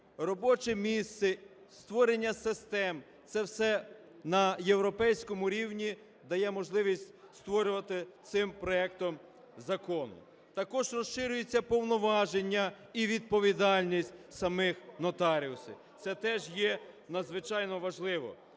робоче місце, створення систем. Це все на європейському рівні дає можливість створювати цим проектом закону. Також розширюються повноваження і відповідальність самих нотаріусів, це теж є надзвичайно важливо.